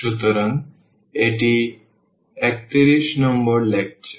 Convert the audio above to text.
সুতরাং এটি 31 নম্বর লেকচার